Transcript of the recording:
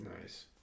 nice